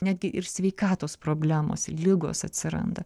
netgi ir sveikatos problemos ligos atsiranda